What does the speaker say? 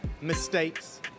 mistakes